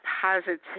positive